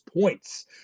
points